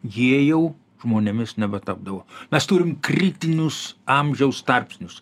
jie jau žmonėmis nebetapdavo nes turim kritinius amžiaus tarpsnius